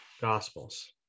Gospels